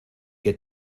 qué